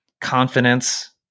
confidence